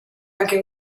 anche